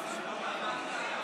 רעש,